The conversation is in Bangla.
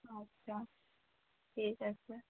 আচ্ছা ঠিক আছে